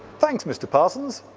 thanks, mr parsons.